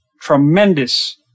Tremendous